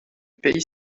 pays